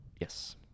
Yes